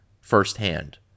firsthand